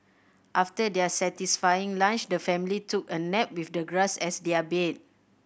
after their satisfying lunch the family took a nap with the grass as their bed